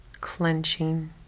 clenching